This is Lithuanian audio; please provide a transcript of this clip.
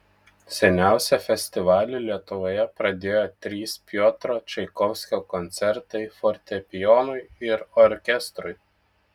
seniausią festivalį lietuvoje pradėjo trys piotro čaikovskio koncertai fortepijonui ir orkestrui